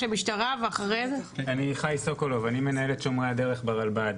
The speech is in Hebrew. אני חי סוקולוב, אני מנהל את שומרי הדרך ברלב"ד.